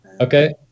Okay